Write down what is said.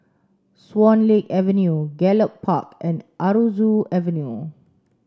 Swan Lake Avenue Gallop Park and Aroozoo Avenue